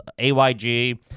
AYG